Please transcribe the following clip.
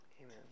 Amen